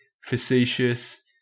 facetious